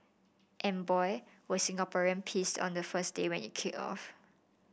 and boy were Singaporeans pissed on the first day when it kicked off